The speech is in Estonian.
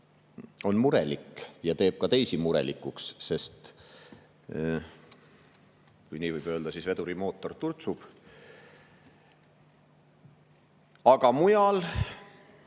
on murelik ja teeb ka teisi murelikuks, sest – kui nii võib öelda – veduri mootor turtsub. Aga mujal